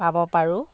পাব পাৰোঁ